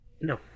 No